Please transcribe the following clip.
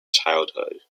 childhood